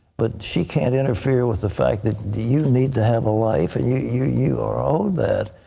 but she can't interfere with the fact that you need to have a life. you you are owed that.